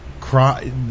cry